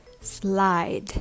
slide